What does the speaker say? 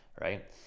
right